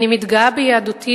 אני מתגאה ביהדותי,